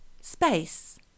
space